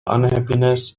unhappiness